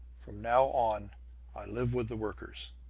from now on i live with the workers.